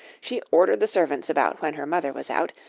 she ordered the servants about when her mother was out,